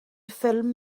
ffilm